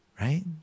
Right